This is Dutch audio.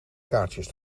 kaartjes